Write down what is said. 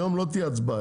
היום לא תהיה הצבעה.